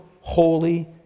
holy